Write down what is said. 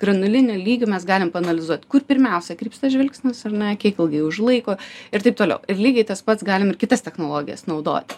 granuliniu lygiu mes galim paanalizuot kur pirmiausia krypsta žvilgsnis ar ne kiek ilgai užlaiko ir taip toliau ir lygiai tas pats galim ir kitas technologijas naudot